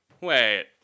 Wait